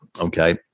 Okay